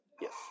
Yes